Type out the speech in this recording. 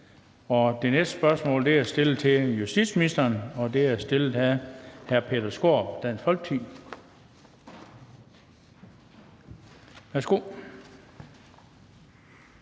Det næste spørgsmål er stillet til justitsministeren, og det er stillet af hr. Morten Messerschmidt, Dansk Folkeparti.